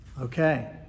Okay